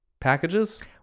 packages